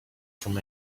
from